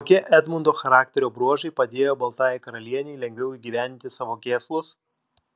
kokie edmundo charakterio bruožai padėjo baltajai karalienei lengviau įgyvendinti savo kėslus